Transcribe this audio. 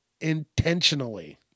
intentionally